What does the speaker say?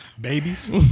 babies